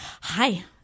Hi